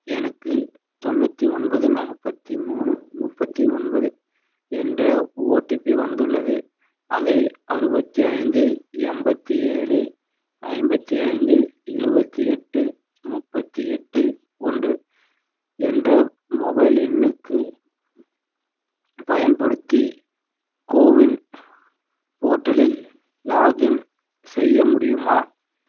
எனக்கு தொண்ணூற்றி ஒன்பது நாற்பத்தி மூணு முப்பத்தி ஒன்பது என்ற ஓடிபி வந்துள்ளது அதை அறுபத்தி ஐந்து எண்பத்தி ஏழு ஐம்பத்தி ஐந்து எழுவத்தி எட்டு முப்பத்தி எட்டு ஒன்று என்ற மொபைல் எண்ணுக்குப் பயன்படுத்தி கோவின் போர்ட்டலில் லாகின் செய்ய முடியுமா